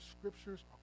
scriptures